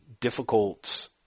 difficult